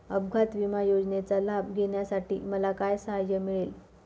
अपघात विमा योजनेचा लाभ घेण्यासाठी मला काय सहाय्य मिळेल?